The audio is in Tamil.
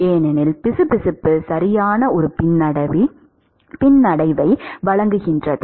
ஏனெனில் பிசுபிசுப்பு சரியான ஒரு பின்னடைவை வழங்குகின்றன